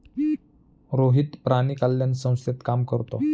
रोहित प्राणी कल्याण संस्थेत काम करतो